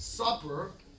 supper